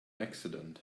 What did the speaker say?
accident